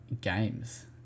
Games